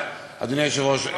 אדוני היושב-ראש,